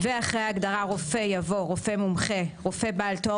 אחרי ההגדרה "רופא" יבוא: ""רופא מומחה" רופא בעל תואר